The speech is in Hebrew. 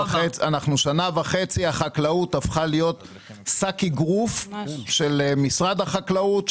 אנחנו שנה וחצי והחקלאות הפכה להיות שק אגרוף של משרד החקלאות,